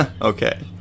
Okay